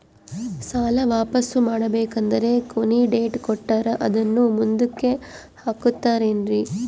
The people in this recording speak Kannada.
ಸಾಲ ವಾಪಾಸ್ಸು ಮಾಡಬೇಕಂದರೆ ಕೊನಿ ಡೇಟ್ ಕೊಟ್ಟಾರ ಅದನ್ನು ಮುಂದುಕ್ಕ ಹಾಕುತ್ತಾರೇನ್ರಿ?